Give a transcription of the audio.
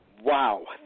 Wow